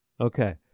Okay